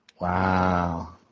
Wow